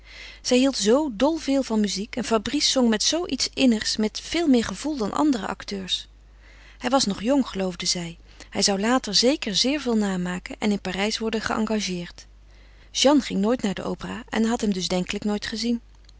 ze hield zoo dol veel van muziek en fabrice zong met zoo iets innigs met veel meer gevoel dan andere acteurs hij was nog jong geloofde zij hij zou later zeker zeer veel naam maken en in parijs worden geëngageerd jeanne ging nooit naar de opera en had hem dus denkelijk nooit gezien